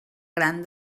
gran